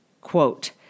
Quote